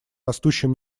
растущем